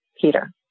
Peter